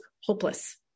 hopeless